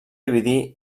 dividir